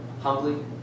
humbly